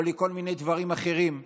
או לכל מיני דברים אחרים,